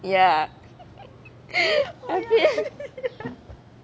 ya I feel